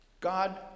God